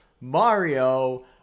Mario